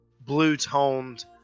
blue-toned